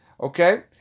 Okay